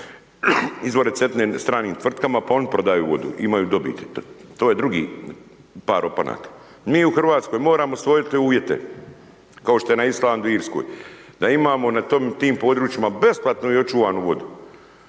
izvore Cetine stranim tvrtkama pa oni prodaju vodu, imaju dobiti, to je drugi par opanaka. Mi u Hrvatskoj moramo stvoriti uvjete kao što je na Islandu, Irskoj, da imamo na tim područjima besplatnu i očuvanu vodu,